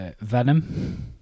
Venom